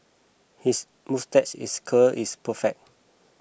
his moustache is curl is perfect